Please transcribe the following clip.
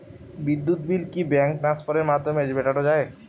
বিদ্যুৎ বিল কি ব্যাঙ্ক ট্রান্সফারের মাধ্যমে মেটানো য়ায়?